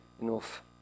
enough